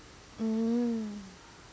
mm